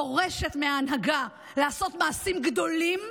דורשת, מההנהגה לעשות מעשים גדולים,